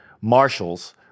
marshals